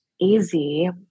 easy